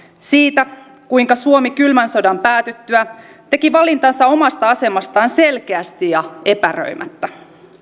siitä kuinka suomi kylmän sodan päätyttyä teki valintansa omasta asemastaan selkeästi ja epäröimättä